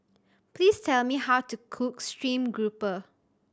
please tell me how to cook stream grouper